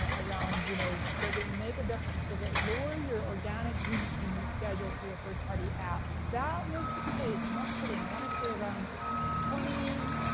around, you know, does it make a difference? does it lure your organic reach when you schedule through a third party app? that was the case, i'm not kidding, i wanna say around twenty,